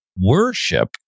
worship